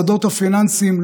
הוצאות המימון הן בלתי נסבלות.